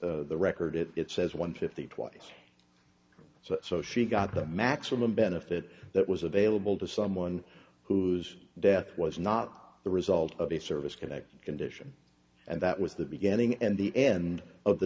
the record it says one fifty twice so she got the maximum benefit that was available to someone whose death was not the result of a service connected condition and that was the beginning and the end of the